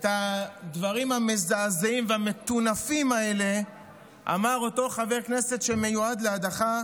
את הדברים המזעזעים והמטונפים האלה אמר אותו חבר כנסת שמיועד להדחה,